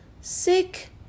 sick